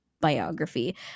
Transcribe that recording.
Biography